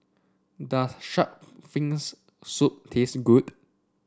does shark fins soup taste good